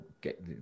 get